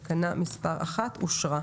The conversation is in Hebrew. תקנה מספר 1 פה אחד.